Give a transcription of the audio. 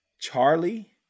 Charlie